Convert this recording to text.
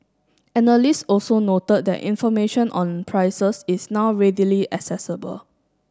analyst also noted that information on prices is now readily accessible